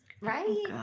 right